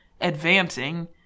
advancing